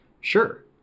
sure